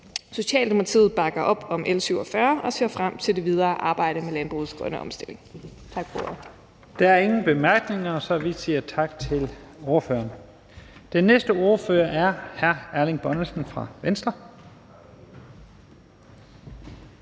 Socialdemokratiet bakker op om L 47 og ser frem til det videre arbejde med landbrugets grønne omstilling.